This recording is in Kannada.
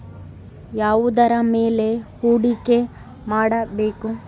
ಯಾವುದರ ಮೇಲೆ ಹೂಡಿಕೆ ಮಾಡಬೇಕು?